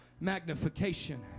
magnification